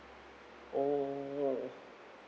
oh